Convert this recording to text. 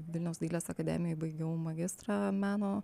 vilniaus dailės akademijoj baigiau magistrą meno